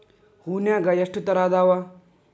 ಹೂನ್ಯಾಗ ಎಷ್ಟ ತರಾ ಅದಾವ್?